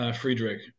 Friedrich